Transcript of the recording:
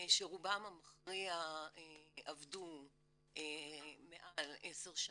שרובם המכריע עבדו מעל עשר שנים,